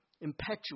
Impetuous